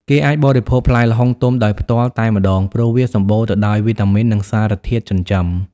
គេអាចបរិភោគផ្លែល្ហុងទុំដោយផ្ទាល់តែម្ដង ព្រោះវាសម្បូរទៅដោយវីតាមីន និងសារធាតុចិញ្ចឹម។